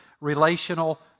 relational